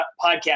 podcast